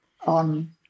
on